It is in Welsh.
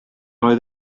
oedd